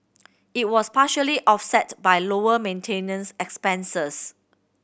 it was partially offset by lower maintenance expenses